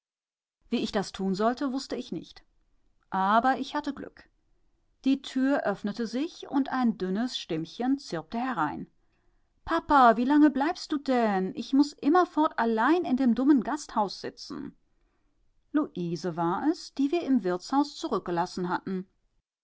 wie ich das tun sollte wußte ich nicht aber ich hatte glück die tür öffnete sich und ein dünnes stimmchen zirpte herein pappa wie lange bleibst du denn ich muß immerfort allein in dem dummen gasthaus sitzen luise war es die wir im wirtshaus zurückgelassen hatten